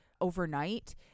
overnight